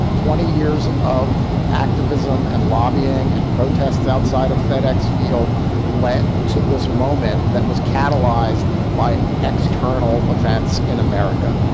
twenty years of activism and lobbying and protests outside of fedex field led to this moment that was catalyzed by external events in america.